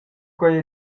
quei